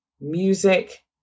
music